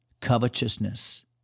covetousness